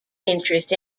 interest